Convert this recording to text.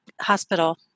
hospital